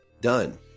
done